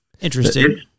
Interesting